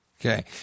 okay